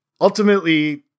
ultimately